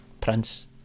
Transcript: Prince